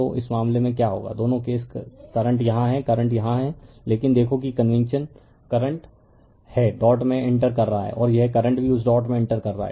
तो इस मामले में क्या होगा दोनों केस करंट यहाँ है करंट यहाँ है लेकिन देखो कि कन्वेंशन करंट है डॉट में इंटर कर रहा है और यह करंट भी उस डॉट में इंटर कर रहा है